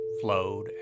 flowed